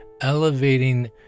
elevating